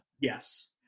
Yes